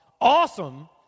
awesome